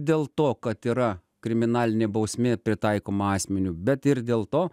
dėl to kad yra kriminalinė bausmė pritaikoma asmeniui bet ir dėl to